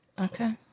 Okay